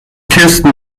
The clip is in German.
kirsten